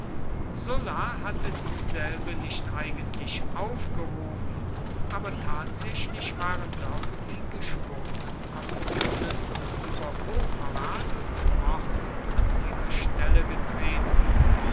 sulla hatte dieselbe nicht eigentlich aufgehoben aber tatsächlich waren doch die geschworenenkommissionen über hochverrat und mord an ihre stelle getreten